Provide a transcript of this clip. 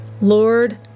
Lord